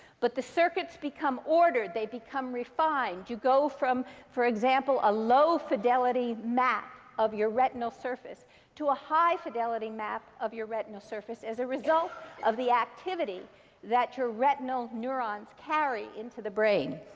but the circuits become ordered. they become refined. you go from, for example, a low fidelity map of your retinal surface to a high fidelity map of your retinal surface as a result of the activity that your retinal neurons carry into the brain.